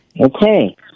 Okay